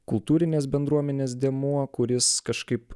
kultūrinės bendruomenės dėmuo kuris kažkaip